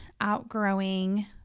outgrowing